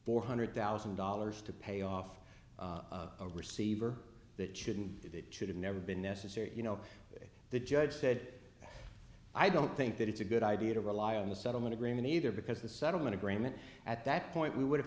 four hundred thousand dollars to pay off a receiver that shouldn't that should have never been necessary you know the judge said i don't think that it's a good idea to rely on the settlement agreement either because the settlement agreement at that point we would have